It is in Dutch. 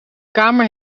kamer